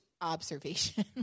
observation